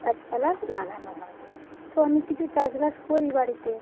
গাছপালা লাগানো হয় তো আমি কিছু চাষ বাস করি বাড়িতে